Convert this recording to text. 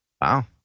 Wow